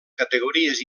categories